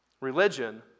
Religion